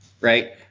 right